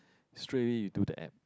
straight away you do the app